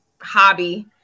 hobby